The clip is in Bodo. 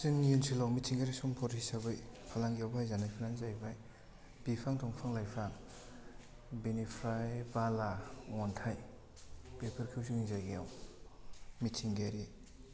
जोंनि ओनसोलाव मिथिंगायारि सम्पद हिसाबै फालांगियाव बाहायजानायफ्रानो जाहैबाय बिफां दंफां लाइफां बेनिफ्राय बाला अन्थाइ बेफोरखौ जोंनि जायगायाव मिथिंगायारि